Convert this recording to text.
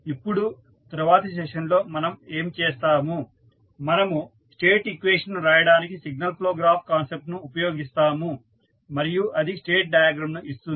ఇప్పుడు తరువాతి సెషన్లో మనం ఏమి చేస్తాము మనము స్టేట్ ఈక్వేషన్ ను రాయడానికి సిగ్నల్ ఫ్లో గ్రాఫ్ కాన్సెప్ట్ ను ఉపయోగిస్తాము మరియు అది స్టేట్ డయాగ్రమ్ ను ఇస్తుంది